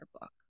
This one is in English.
book